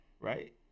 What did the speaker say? Right